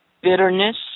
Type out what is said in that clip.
bitterness